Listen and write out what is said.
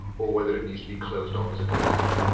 or whether it needs to be closed off as a dead end.